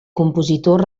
compositor